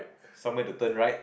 somewhere to turn right